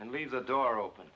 and leave the door open